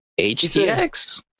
HTX